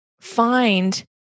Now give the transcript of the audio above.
find